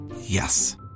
Yes